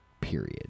period